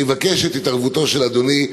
אני מבקש את התערבותו של אדוני.